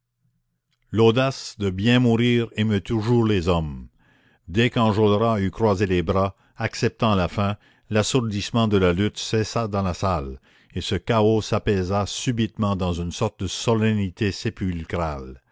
l'audace de bien mourir émeut toujours les hommes dès qu'enjolras eut croisé les bras acceptant la fin l'assourdissement de la lutte cessa dans la salle et ce chaos s'apaisa subitement dans une sorte de solennité sépulcrale